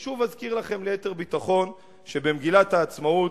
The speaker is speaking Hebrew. ושוב אזכיר לכם, ליתר ביטחון, שמגילת העצמאות,